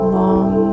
long